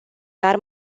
dar